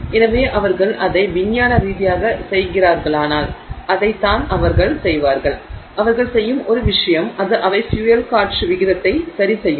எனவே அவர்கள் அதை விஞ்ஞான ரீதியாகச் செய்கிறார்களானால் அதை தான் அவர்கள் செய்வார்கள் அவர்கள் செய்யும் ஒரு விஷயம் அது அவை ஃபியூயல் காற்று விகிதத்தை சரிசெய்யும்